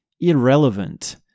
irrelevant